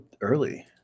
early